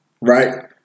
Right